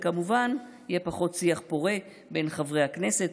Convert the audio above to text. וכמובן יהיה פחות שיח פורה בין חברי הכנסת